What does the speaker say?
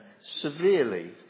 severely